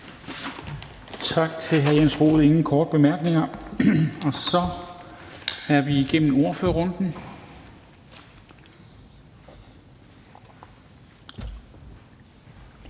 Tak til hr. Jens Rohde. Der er ingen korte bemærkninger. Så er vi igennem ordførerrunden.